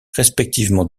respectivement